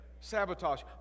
Sabotage